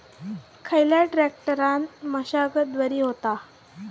खयल्या ट्रॅक्टरान मशागत बरी होता?